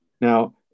Now